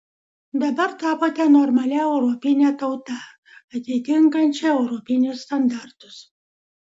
dabar tapote normalia europine tauta atitinkančia europinius standartus